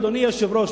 אדוני היושב-ראש,